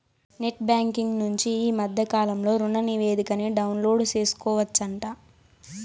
net banking నుంచి ఈ మద్దె కాలంలో రుణనివేదికని డౌన్లోడు సేసుకోవచ్చంట